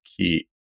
key